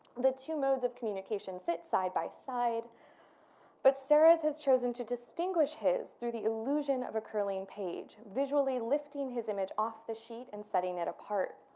the two modes of communication sit side by side but serres' has chosen to distinguish his through the illusion of a curling page visually lifting his image off the sheet and setting it apart.